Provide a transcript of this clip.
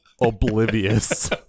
oblivious